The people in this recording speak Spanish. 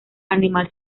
animal